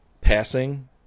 passing